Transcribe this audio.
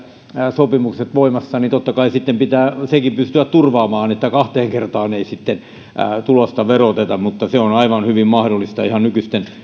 sopimuksetkin voimassa niin totta kai sitten pitää sekin pystyä turvaamaan että kahteen kertaan ei tulosta veroteta mutta se on aivan hyvin mahdollista ihan nykyisten